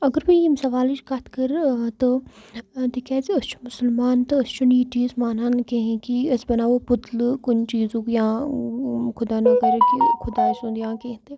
اگر بہٕ ییٚمہِ سوالٕچ کَتھ کَرٕ تہٕ تِکیٛازِ أسۍ چھِ مُسلمان تہٕ أسۍ چھُنہٕ یہِ چیٖز مانان کِہیٖنۍ کہِ أسۍ بَناوَو پُتلہٕ کُنہِ چیٖزُک یا خُدا نا کَرے کہِ خۄداے سُنٛد یا کینٛہہ تہٕ